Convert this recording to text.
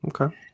Okay